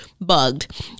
bugged